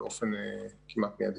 באופן כמעט מידי.